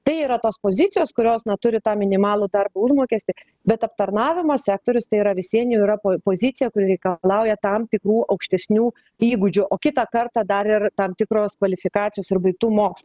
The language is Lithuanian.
tai yra tos pozicijos kurios na turi tą minimalų darbo užmokestį bet aptarnavimo sektorius tai yra vis vien jau yra pozicija kuri reikalauja tam tikrų aukštesnių įgūdžių o kitą kartą dar ir tam tikros kvalifikacijos ir buitumo